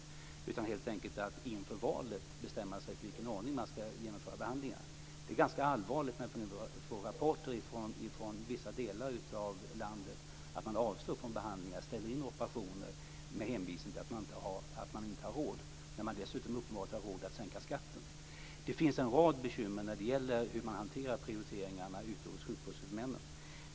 Det handlade helt enkelt om att inför valet bestämma sig för i vilken ordning man ska genomföra behandlingar. Det är ganska allvarligt när vi nu får rapporter från vissa delar av landet att man avstår från behandlingar och ställer in operationer med hänvisning till att man inte har råd - när man dessutom uppenbarligen har råd att sänka skatten. Det finns en rad bekymmer när det gäller frågan om hur man hanterar prioriteringar hos sjukvårdshuvudmännen.